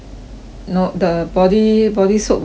no the body body soap also lor